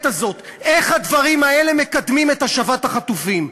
הזאת: איך הדברים האלה מקדמים את השבת החטופים,